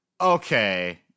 okay